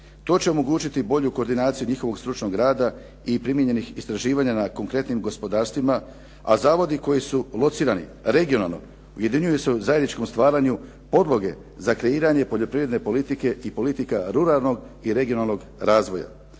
To će omogućiti i bolju koordinaciju njihovog stručnog rada i primijenjenih istraživanja na konkretnim gospodarstvima, a zavodi koji su locirani regionalno ujedinjuju se u zajedničkom stvaranju podloge za kreiranje poljoprivredne politike i politika ruralnog i regionalnog razvoja